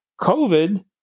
COVID